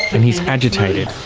and he's agitated.